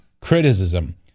criticism